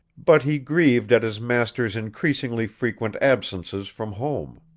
but he grieved at his master's increasingly frequent absences from home.